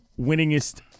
winningest